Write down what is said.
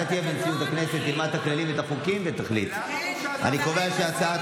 אני קובע שהצעת